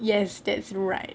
yes that's right